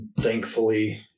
thankfully